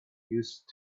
used